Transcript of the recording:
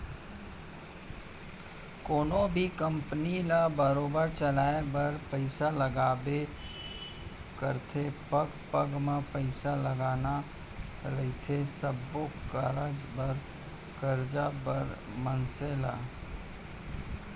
कोनो भी कंपनी ल बरोबर चलाय बर पइसा लगबे करथे पग पग म पइसा लगना रहिथे सब्बो कारज बर मनसे ल